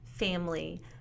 Family